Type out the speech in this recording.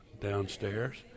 downstairs